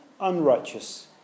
unrighteous